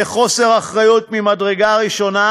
זה חוסר אחריות ממדרגה ראשונה,